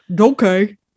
Okay